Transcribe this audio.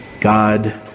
God